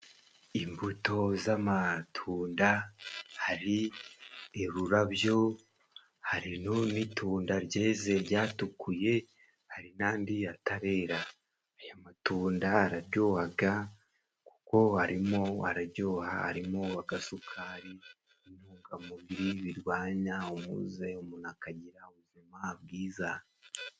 Imbuto z'amatunda hari irurabyo hari n'itunda ryeze ryatukuye hari n'andi atarera. Aya matunda araryohaga kuko harimo araryoha harimo agasukari n'intungamubiri birwanya umuze umuntu akagira ubuzima bwiza.